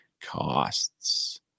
costs